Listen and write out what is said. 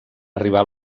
arribar